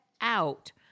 out